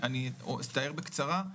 אני אתאר בקצרה.